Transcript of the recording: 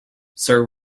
sir